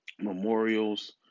memorials